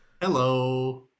Hello